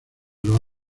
los